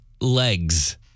Legs